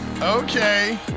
Okay